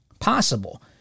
possible